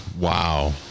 Wow